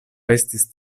estis